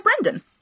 Brendan